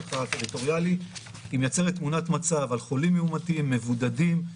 היא מייצרת תמונת מצב על חולים מאומתים, מבודדים,